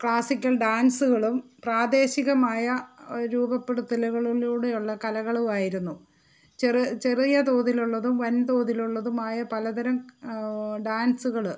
classical ഡാൻസുകളും പ്രാദേശികമായ രൂപപ്പെടുത്തലുകളിലൂടെയുള്ള കലകളും ആയിരുന്നു ചെറിയ തോതിലുള്ളതും വൻ തോതിൽ ഉള്ളതുമായ പലതരം ഡാൻസുകൾ